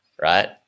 Right